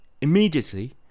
Immediately